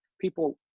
people